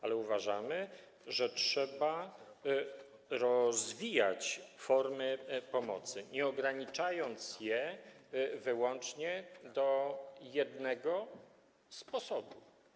Ale uważamy, że trzeba rozwijać formy pomocy, nie ograniczając ich wyłącznie do jednego sposobu.